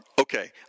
Okay